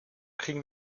kriegen